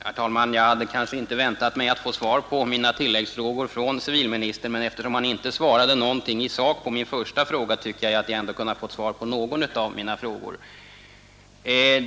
Herr talman! Jag hade kanske inte väntat mig att få svar på alla mina tilläggsfrågor till civilministern. Men eftersom han inte svarade någonting i sak på min enkla fråga, tycker jag att jag borde ha kunnat få svar på någon av de frågor jag nu ställde.